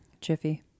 Jiffy